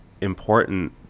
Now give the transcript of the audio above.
important